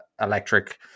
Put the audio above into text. electric